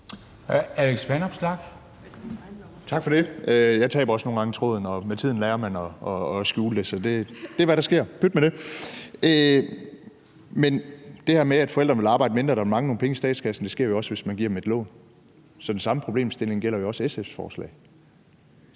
Alex Vanopslagh (LA): Tak for det. Jeg taber også nogle gange tråden, og med tiden lærer man at skjule det; det er, hvad der sker – pyt med det. Men det her med, at forældrene vil arbejde mindre, så der vil mangle nogle penge i statskassen, sker jo også, hvis man giver dem et lån. Så den samme problemstilling gælder jo også SF's forslag.